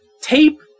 tape